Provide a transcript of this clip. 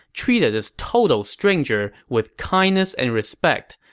treated this total stranger with kindness and respect.